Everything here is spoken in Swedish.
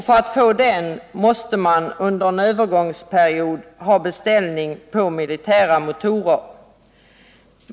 För att få den måste man under en övergångsperiod ha beställning på militära motorer.